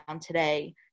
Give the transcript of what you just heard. today